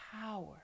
power